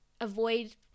avoid